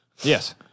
Yes